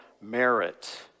merit